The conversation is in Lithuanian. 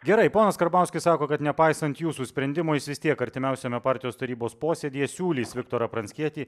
gerai ponas karbauskis sako kad nepaisant jūsų sprendimo jis vis tiek artimiausiame partijos tarybos posėdyje siūlys viktorą pranckietį